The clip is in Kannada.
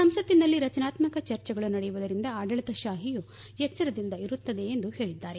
ಸಂಸತ್ನಲ್ಲಿ ರಚನಾತ್ಮಕ ಚರ್ಚೆಗಳು ನಡೆಯುವುದರಿಂದ ಆಡಳಿತಶಾಹಿಯೂ ಎಚ್ಚರದಿಂದ ಇರುತ್ತದೆ ಎಂದು ಹೇಳಿದ್ದಾರೆ